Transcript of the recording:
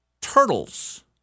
turtles